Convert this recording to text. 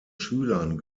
schülern